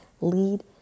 lead